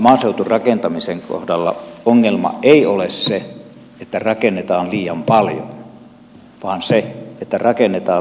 maaseuturakentamisen kohdalla ongelma ei ole se että rakennetaan liian paljon vaan se että rakennetaan liian vähän